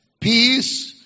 Peace